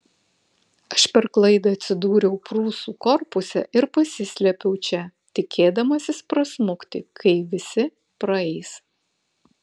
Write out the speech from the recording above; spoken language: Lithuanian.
aš per klaidą atsidūriau prūsų korpuse ir pasislėpiau čia tikėdamasis prasmukti kai visi praeis